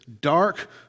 dark